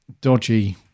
dodgy